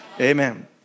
Amen